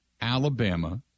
Alabama